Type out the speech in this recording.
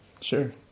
Sure